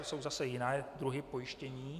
Na to jsou zase jiné druhy pojištění.